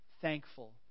thankful